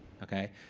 okay?